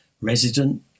resident